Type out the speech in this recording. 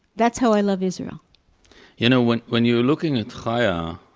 that's how i love israel you know, when when you are looking at chaya,